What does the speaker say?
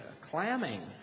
clamming